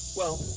well,